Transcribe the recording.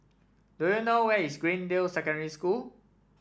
do you know where is Greendale Secondary School